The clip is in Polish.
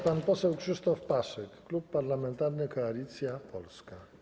Pan poseł Krzysztof Paszyk, Klub Parlamentarny Koalicja Polska.